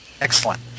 Excellent